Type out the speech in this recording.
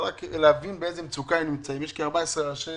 אבל צריך להבין באיזה מצוקה הם נמצאים: יש כ-14 מועצות,